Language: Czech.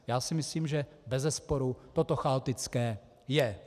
Já si myslím, že bezesporu toto chaotické je.